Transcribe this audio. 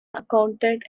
accountant